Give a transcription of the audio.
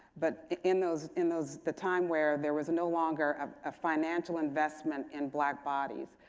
but in those in those the time where there was no longer a ah financial investment in black bodies,